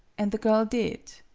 and the girl did.